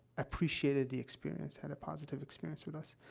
appreciated the experience, had a positive experience with us.